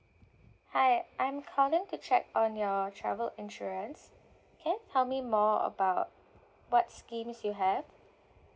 hi I'm calling to check on your travel insurance can you tell me more about what schemes you have